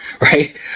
right